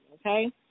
Okay